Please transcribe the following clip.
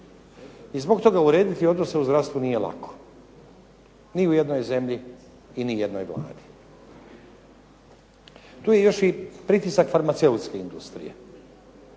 i zbog toga urediti odnose u zdravstvu nije lako ni u jednoj zemlji i ni jednoj Vladi. Tu je još i pritisak farmaceutske industrije.